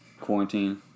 quarantine